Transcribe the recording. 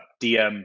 dm